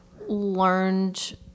learned